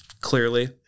clearly